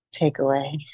takeaway